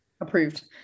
Approved